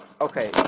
Okay